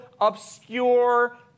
obscure